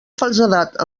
falsedat